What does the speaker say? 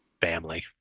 family